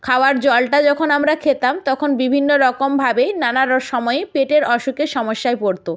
খাওয়ার জলটা যখন আমরা খেতাম তখন বিভিন্ন রকমভাবেই নানান সময়ে পেটের অসুখের সমস্যায় পড়তো